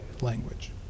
language